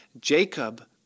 Jacob